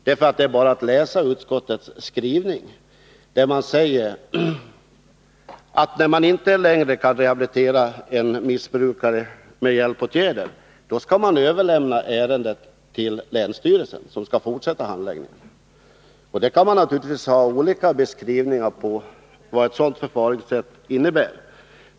Det är bara att läsa utskottets skrivning, där det sägs att när man inte längre kan rehabilitera missbrukare med hjälpåtgärder skall man överlämna ärendet till länsstyrelsen, som skall fortsätta handläggningen. Det kan naturligtvis göras olika beskrivningar av vad ett sådant förfaringssätt innebär.